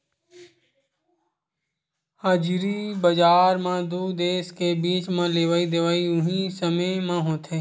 हाजिरी बजार म दू देस के बीच म लेवई देवई उहीं समे म होथे